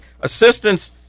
Assistance